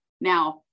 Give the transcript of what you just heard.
Now